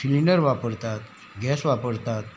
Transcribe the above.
cylinder वापरतात gas वापरतात